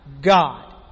God